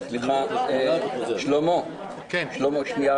סליחה, שלמה, רק שנייה,